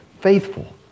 faithful